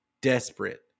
Desperate